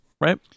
right